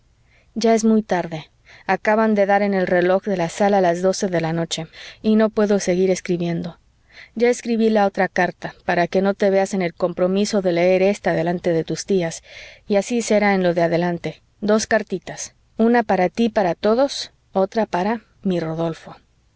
ya es muy tarde acaban de dar en el reloj de la sala las doce de la noche y no puedo seguir escribiendo ya escribí la otra carta para que no te veas en el compromiso de leer ésta delante de tus tías y así será en lo de adelante dos cartitas una para tí y para todos otra para mi rodolfo